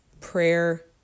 prayer